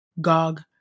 Gog